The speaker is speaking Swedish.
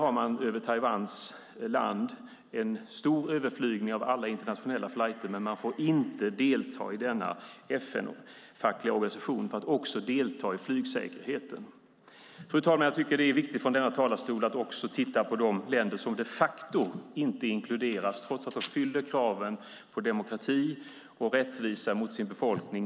Här pågår över det taiwanesiska landet en omfattande överflygning av alla internationella flighter, men Taiwan får inte en plats i denna FN-fackliga organisation för att också delta i arbetet med flygsäkerheten. Fru talman! Det är viktigt att från denna talarstol också titta på de länder som de facto inte inkluderas fullt ut i FN, trots att de uppfyller kraven på demokrati och rättvisa mot sin befolkning.